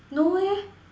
no eh